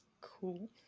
cool